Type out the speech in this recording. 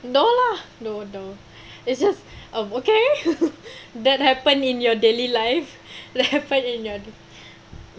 no lah no no it's just a that happen in your daily life that happen in your